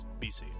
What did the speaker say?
BC